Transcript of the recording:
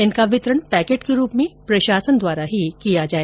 इनका वितरण पैकेट के रूप में प्रशासन द्वारा ही किया जाए